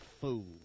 fool